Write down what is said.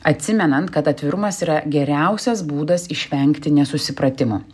atsimenant kad atvirumas yra geriausias būdas išvengti nesusipratimų